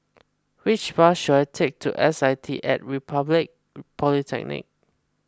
which bus should I take to S I T at Republic Polytechnic